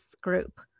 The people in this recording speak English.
group